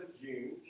June